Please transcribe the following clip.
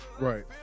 Right